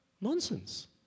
Nonsense